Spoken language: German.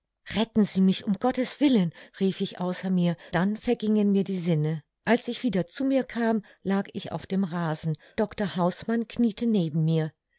retten sie mich um gottes willen rief ich außer mir dann vergingen mir die sinne als ich wieder zu mir kam lag ich auf dem rasen dr hausmann kniete neben mir